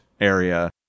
area